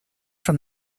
from